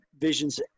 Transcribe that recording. visions